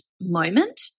moment